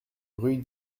rue